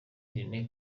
irene